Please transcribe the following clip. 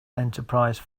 enterprise